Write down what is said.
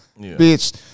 Bitch